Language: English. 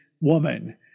woman